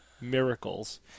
miracles